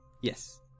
Yes